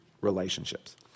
relationships